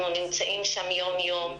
אנחנו נמצאים שם יום יום,